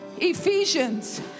ephesians